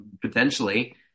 potentially